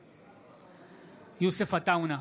נגד יוסף עטאונה,